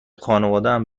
خانوادهام